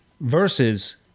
Versus